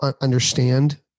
understand